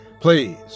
please